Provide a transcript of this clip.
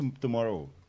tomorrow